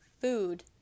food